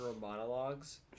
monologues